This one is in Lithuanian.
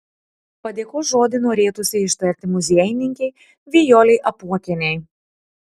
padėkos žodį norėtųsi ištarti muziejininkei vijolei apuokienei